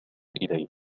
إليه